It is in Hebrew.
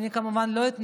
שהיא לא מפריעה,